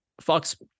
Fox